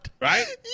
Right